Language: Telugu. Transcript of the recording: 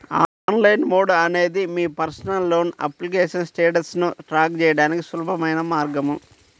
ఆన్లైన్ మోడ్ అనేది మీ పర్సనల్ లోన్ అప్లికేషన్ స్టేటస్ను ట్రాక్ చేయడానికి సులభమైన మార్గం